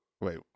Wait